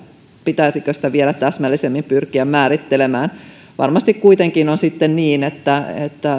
pitäisikö sitä vielä täsmällisemmin pyrkiä määrittelemään varmasti kuitenkin on sitten niin että